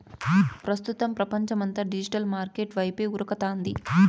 ప్రస్తుతం పపంచమంతా digital market వైపే ఉరకతాంది